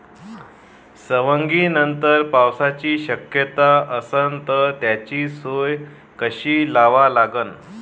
सवंगनीनंतर पावसाची शक्यता असन त त्याची सोय कशी लावा लागन?